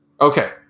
Okay